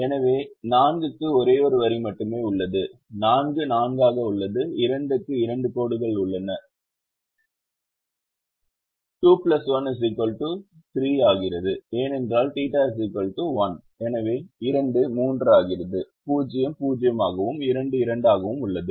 எனவே 4 க்கு ஒரே ஒரு வரி மட்டுமே உள்ளது 4 4 ஆக உள்ளது 2 க்கு 2 கோடுகள் உள்ளன 2 2 1 3 ஆகிறது ஏனெனில் θ 1 எனவே 2 3 ஆகிறது 0 0 ஆகவும் 2 2 ஆகவும் உள்ளது